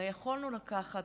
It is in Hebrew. הרי יכולנו לקחת